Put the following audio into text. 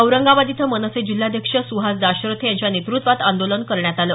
औरंगाबाद इथं मनसे जिल्हाध्यक्ष सुहास दाशरथे यांच्या नेतृत्वात आंदोलन करण्यात आलं